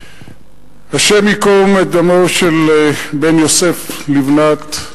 השם ייקום את דמו של בן יוסף לבנת.